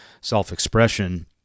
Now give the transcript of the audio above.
self-expression